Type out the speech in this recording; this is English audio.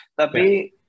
Tapi